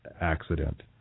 accident